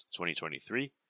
2023